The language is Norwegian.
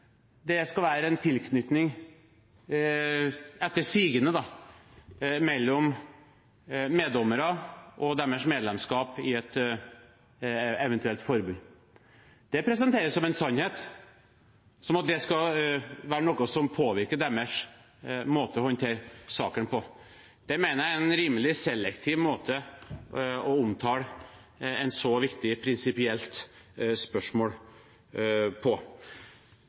det skal være en tilknytning, etter sigende, mellom meddommere og deres medlemskap i et eventuelt forbund. Det presenteres som en sannhet, som at det skal være noe som påvirker deres måte å håndtere sakene på. Det mener jeg er en rimelig selektiv måte å omtale et så viktig prinsipielt spørsmål på.